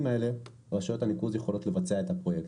הללו רשויות הניקוז יכולות לבצע את הפרויקטים,